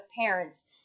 parents